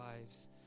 lives